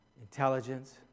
intelligence